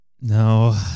No